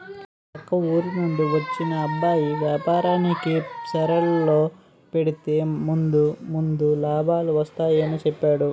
పక్క ఊరి నుండి వచ్చిన అబ్బాయి వేపారానికి షేర్లలో పెడితే ముందు ముందు లాభాలు వస్తాయని చెప్పేడు